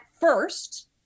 first